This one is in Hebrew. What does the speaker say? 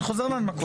אני חוזר להנמקות.